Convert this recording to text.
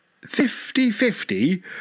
Fifty-fifty